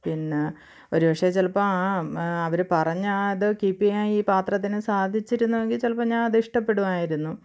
പിന്നെ ഒരുപക്ഷെ ചിലപ്പോൾ ആ അവർ പറഞ്ഞാൽ ആ അതു കീപ്പ് ചെയ്യുക ഈ പാത്രത്തിനു സാധിച്ചിരുന്നുവെങ്കിൽ ചിലപ്പോൾ ഞാൻ അത് ഇഷ്ടപ്പെടുമായിരുന്നു